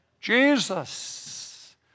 Jesus